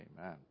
Amen